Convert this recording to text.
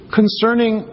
concerning